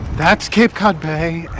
that's cape cod bay.